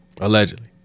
Allegedly